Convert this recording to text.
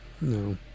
no